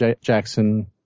Jackson